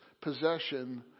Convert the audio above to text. possession